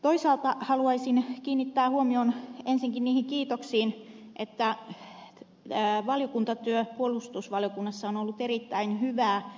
toisaalta haluaisin kiinnittää huomion ensinnäkin niihin kiitoksiin että valiokuntatyö puolustusvaliokunnassa on ollut erittäin hyvää